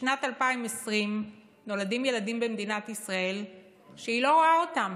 בשנת 2020 נולדים ילדים במדינת ישראל שהיא לא רואה אותם.